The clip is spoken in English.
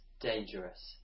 dangerous